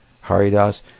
Haridas